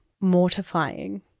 Mortifying